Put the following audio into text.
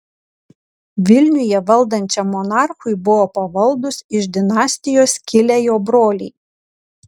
vilniuje valdančiam monarchui buvo pavaldūs iš dinastijos kilę jo broliai